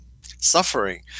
suffering